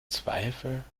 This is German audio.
zweifel